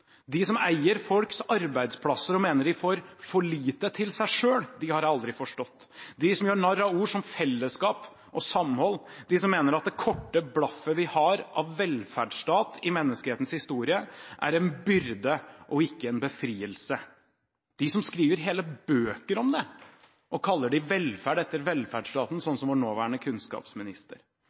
De som eier folks arbeidsplasser og mener de får for lite til seg selv, har aldri forstått, de som gjør narr av ord som «fellesskap» og «samhold», de som mener at det korte blaffet vi har av velferdsstat i menneskehetens historie er en byrde og ikke en befrielse, de som skriver hele bøker om det og kaller det «velferd» etter velferdsstaten, slik som vår nåværende kunnskapsminister,